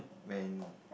when